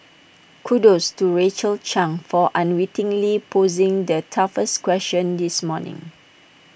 kudos to Rachel chang for unwittingly posing the toughest question this morning